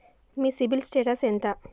మీ CIBIL status ఎంత?